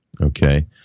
okay